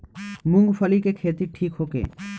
मूँगफली के खेती ठीक होखे?